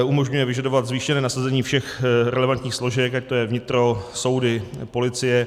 Umožňuje vyžadovat zvýšené nasazení všech relevantních složek, jako je vnitro, soudy, policie.